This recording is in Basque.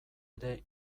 ere